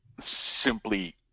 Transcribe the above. simply